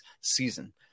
season